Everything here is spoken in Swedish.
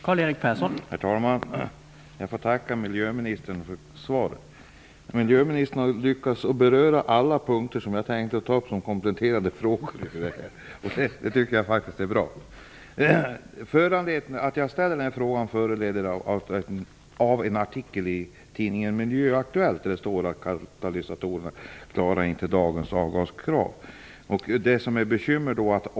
Herr talman! Jag får tacka miljöministern för svaret. Miljöministern har lyckats att beröra alla punkter som jag tänkte ta upp som kompletterande frågor, och det tycker jag är bra. Anledning till att jag ställde frågan är en artikel i tidningen Miljöaktuellt där det står att katalysatorerna inte klarar dagens avgaskrav.